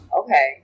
Okay